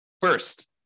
First